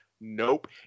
nope